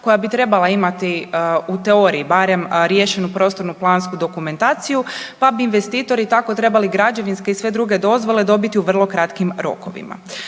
koja bi trebala imati u teoriji barem rješenju prostorno plansku dokumentaciju pa bi investitori tako trebali građevinske i sve druge dozvole dobiti u vrlo kratkim rokovima.